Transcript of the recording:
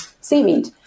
seaweed